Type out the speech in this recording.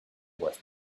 worth